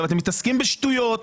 אתם מתעסקים בשטויות,